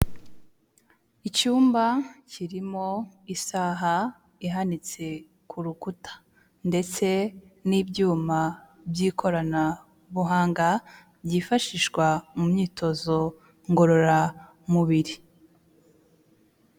Icyumba kirimo isaha ihanitse ku rukuta ndetse n'ibyuma by'ikoranabuhanga, byifashishwa mu myitozo ngororamubiri.